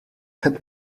had